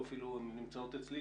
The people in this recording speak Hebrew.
הן אפילו נמצאות אצלי,